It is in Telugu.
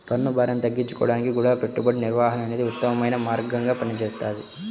పన్నుభారం తగ్గించుకోడానికి గూడా పెట్టుబడి నిర్వహణ అనేదే ఉత్తమమైన మార్గంగా పనిచేస్తది